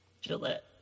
Gillette